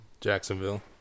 Jacksonville